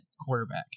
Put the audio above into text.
quarterback